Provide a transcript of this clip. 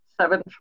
seven